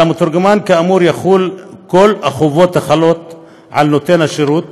על המתורגמן כאמור יחולו כל החובות החלות על נותן שירות